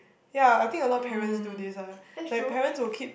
ya I think a lot of parents do this ah like parents will keep